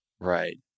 Right